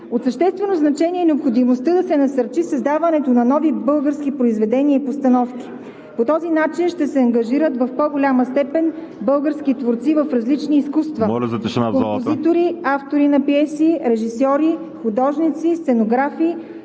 От съществено значение е необходимостта да се насърчи създаването на нови български произведения и постановки. По този начин ще се ангажират в по-голяма степен български творци в различни изкуства – композитори, автори